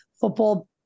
football